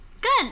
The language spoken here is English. Good